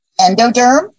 Endoderm